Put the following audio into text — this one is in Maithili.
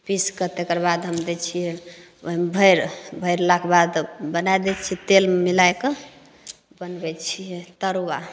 पीसिके तकर बाद हम दै छिए ओहिमे भरि भरलाके बाद तब बनै दै छिए तेलमे मिलैके बनबै छिए तरुआ